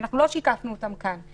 אבל אנחנו לא שיקפנו אותן כאן.